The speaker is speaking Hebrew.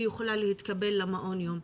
יכולה להתקבל למעון יום.